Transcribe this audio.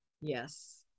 yes